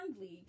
league